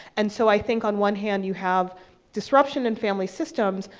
and so i think, on one hand, you have disruption in family systems,